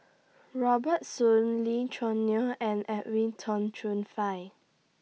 Robert Soon Lee Choo Neo and Edwin Tong Chun Fai